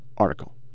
article